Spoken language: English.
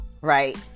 right